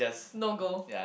no go